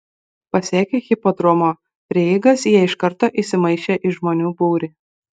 pasiekę hipodromo prieigas jie iš karto įsimaišė į žmonių būrį